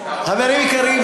חברים יקרים,